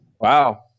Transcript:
Wow